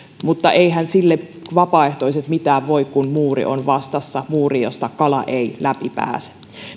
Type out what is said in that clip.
mutta eiväthän sille vapaaehtoiset mitään voi kun muuri on vastassa muuri josta kala ei läpi pääse